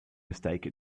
mistake